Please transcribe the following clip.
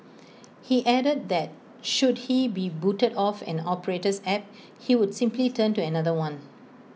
he added that should he be booted off an operator's app he would simply turn to another one